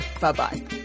Bye-bye